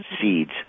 seeds